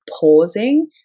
pausing